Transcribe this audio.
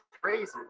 crazy